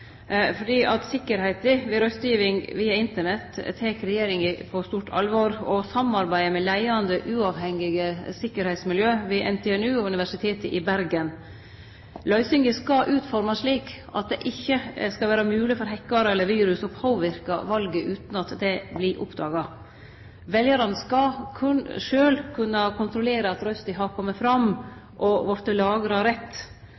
ved røystegiving via Internett tek regjeringa på stort alvor og samarbeider med leiande uavhengige sikkerheitsmiljø ved NTNU og Universitet i Bergen. Løysinga skal utformast slik at det ikkje skal vere mogleg for hackarar eller virus på påverke valet utan at det vert oppdaga. Veljarane skal sjølve kunne kontrollere at røysta deira har